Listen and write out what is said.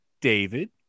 David